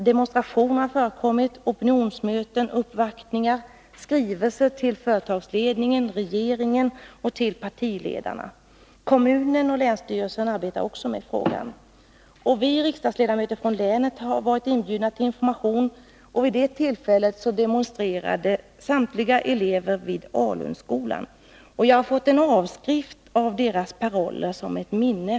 Demonstrationer har förekommit, opinionsmöten, uppvaktningar och skrivelser till företagsledning, regering och partiledare. Kommunen och länsstyrelsen arbetar också med frågan. Vi riksdagsledamöter från länet har varit inbjudna till information, och vid det tillfället demonstrerade samtliga elever vid Alunskolan. Jag har fått en avskrift av deras paroller som minne.